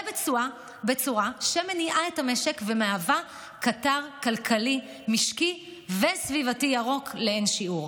ובצורה שמניעה את המשק ומהווה קטר כלכלי משקי וסביבתי ירוק לאין שיעור.